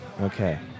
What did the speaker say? okay